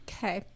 Okay